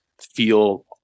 feel